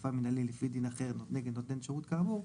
אכיפה מינהלי לפי דין אחר נגד נותן שירות כאמור,